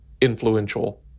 influential